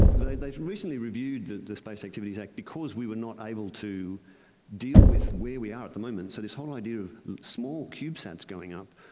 they they recently reviewed the the space activities act because we were not able to deal with where we are at the moment. so this whole idea of small cubesats going up,